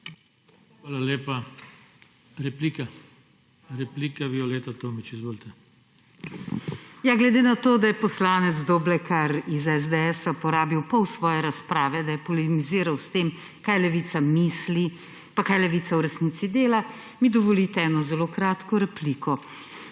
Hvala lepa. Replika. Replika Violeta Tomić. Izvolite. **VIOLETA TOMIĆ (PS Levica):** Glede na to, da je poslanec Doblekar iz SDS porabil pol svoje razprave, da je polemiziral s tem, kaj Levica misli pa kaj Levica v resnici dela, mi dovolite eno zelo kratko repliko.